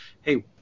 hey